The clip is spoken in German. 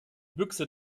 büchse